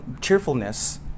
cheerfulness